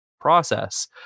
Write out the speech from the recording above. process